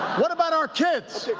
what about our kids?